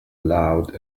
loud